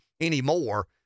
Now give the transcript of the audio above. anymore